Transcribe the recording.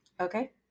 Okay